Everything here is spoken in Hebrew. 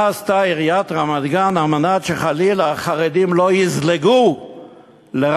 מה עשתה עיריית רמת-גן על מנת שחלילה החרדים לא יזלגו לרמת-גן?